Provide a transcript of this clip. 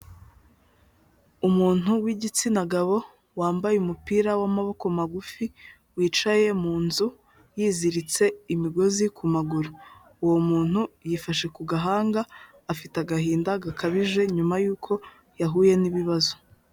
Umuntu w'igitsina gabo wambaye umupira w'amaboko magufi, wicaye mu nzu yiziritse imigozi ku maguru, uwo muntu yifashe ku gahanga afite agahinda gakabije nyuma yuko yahuye n'ibibazo.